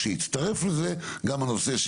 כשיצטרף לזה גם הנושא,